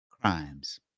crimes